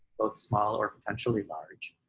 both small or potentially large,